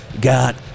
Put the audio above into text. got